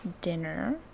dinner